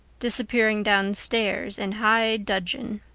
disappearing downstairs in high dudgeon.